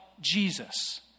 Jesus